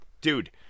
Dude